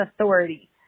authority